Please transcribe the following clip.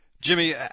Jimmy